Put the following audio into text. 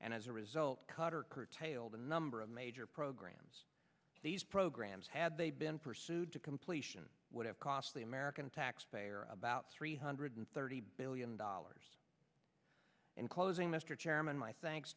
and as a result cutter curtailed a number of major programs these programs had they been pursued to completion would have cost the american taxpayer about three hundred thirty billion dollars in closing mr chairman my thanks